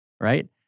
right